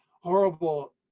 horrible